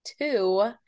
two